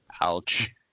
Ouch